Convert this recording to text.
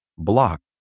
block